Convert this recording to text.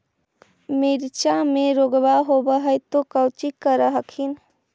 मिर्चया मे रोग्बा होब है तो कौची कर हखिन?